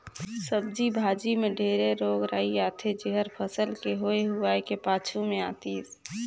सब्जी भाजी मे ढेरे रोग राई आथे जेहर फसल के होए हुवाए के पाछू मे आतिस